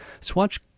Swatch